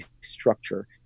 structure